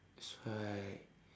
that's why